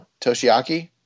Toshiaki